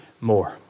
more